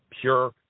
pure